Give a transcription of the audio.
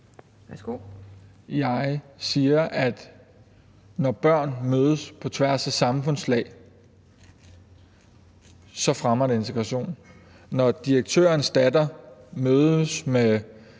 Jeg siger, at når børn mødes på tværs af samfundslag, fremmer det integration. Når direktørens datter mødes med